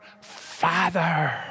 Father